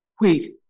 wait